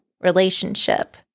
relationship